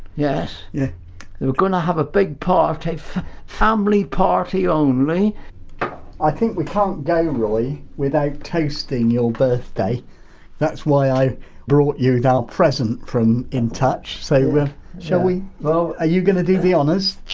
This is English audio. yes. yeah we're going to have a big party family party only i think we can't go, roy, without toasting your birthday that's why i brought you our present from in touch, so shall we so are you going to do the honours?